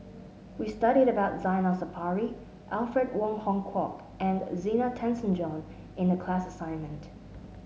we studied about Zainal Sapari Alfred Wong Hong Kwok and Zena Tessensohn in the class assignment